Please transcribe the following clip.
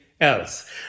else